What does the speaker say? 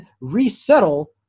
resettle